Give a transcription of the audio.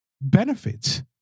benefits